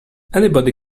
anybody